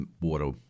water